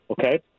okay